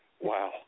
Wow